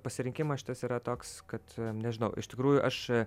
pasirinkimas šitas yra toks kad nežinau iš tikrųjų aš